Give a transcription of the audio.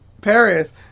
Paris